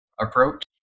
approach